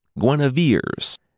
Guinevere's